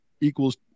equals